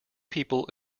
people